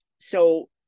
So-